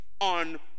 on